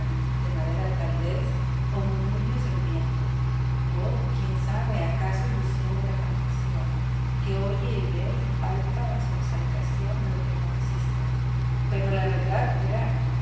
de madera tal vez ó murmullos del viento ó quién sabe acaso ilusión de la fantasía que oye y ve y palpa en su exaltación lo que no existe pero la verdad era